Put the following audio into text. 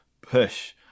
push